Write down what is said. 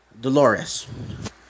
Dolores